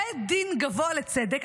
בית דין גבוה לצדק,